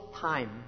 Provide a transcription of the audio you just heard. time